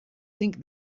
think